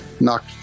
knock